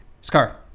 Scar